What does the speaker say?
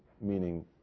meaning